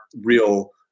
real